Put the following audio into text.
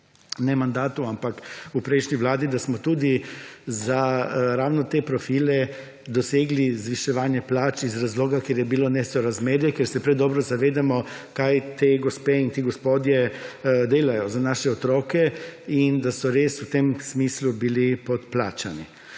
ne mandatu, ampak v prejšnji vladi, da smo tudi za ravno te profile dosegli zviševanje plač iz razloga, ker je bilo nesorazmerje, ker se predobro zavedamo, kaj te gospe in ti gospodje delajo za naše otroke in da so res v tem smislu bili podplačani.